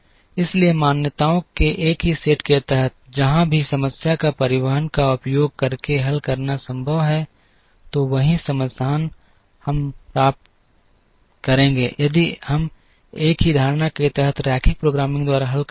इसलिए मान्यताओं के एक ही सेट के तहत जहाँ भी समस्या का परिवहन का उपयोग करके हल करना संभव है तो वही समाधान हम प्राप्त करेंगे यदि हम एक ही धारणा के तहत रैखिक प्रोग्रामिंग द्वारा हल करते हैं